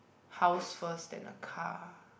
house first then a car